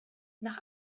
nach